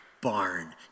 barn